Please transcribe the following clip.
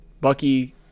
bucky